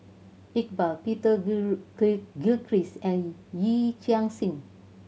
Iqbal Peter Gilchrist and Yee Chia Hsing